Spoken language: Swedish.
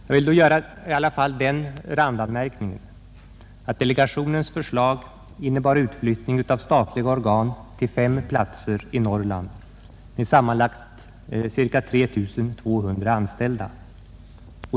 Jag vill dock göra den randanmärkningen, att delegationens förslag innebär utflyttning av statliga organ till fem platser i Norrland med sammanlagt ca 3 200 anställda.